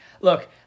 look